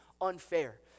Unfair